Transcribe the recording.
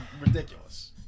ridiculous